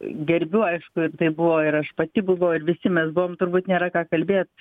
gerbiu aišku tai buvo ir aš pati buvau ir visi mes buvom turbūt nėra ką kalbėt